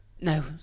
No